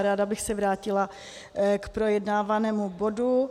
Ráda bych se vrátila k projednávanému bodu.